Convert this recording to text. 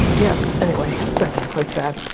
yep, anyway that's quite sad.